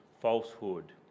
falsehood